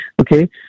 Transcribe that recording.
Okay